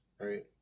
right